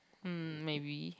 hmm maybe